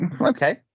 Okay